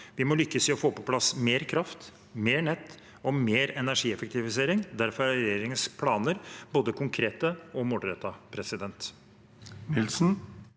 Vi må lykkes i å få på plass mer kraft, mer nett og mer energieffektivisering. Derfor er regjeringens planer både konkrete og målrettede.